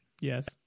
Yes